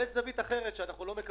זו לא בעיה של מכירה של היום,